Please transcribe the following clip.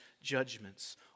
judgments